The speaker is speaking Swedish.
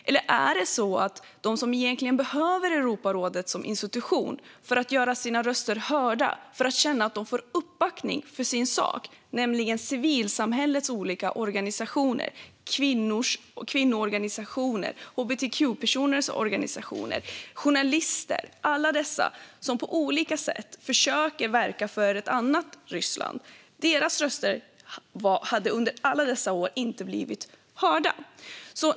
Eller handlar det om dem som egentligen behöver Europarådet som institution för att göra sina röster hörda, för att känna att de får uppbackning för sin sak, nämligen civilsamhällets olika organisationer, kvinnoorganisationer, hbtq-personers organisationer, journalister, de som försöker verka för ett annat Ryssland, de som under alla dessa år inte blivit hörda?